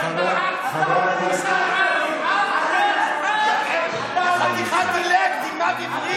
אני מבקש, חבר הכנסת, אתה מבין את ה"בל-עכס"?